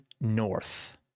north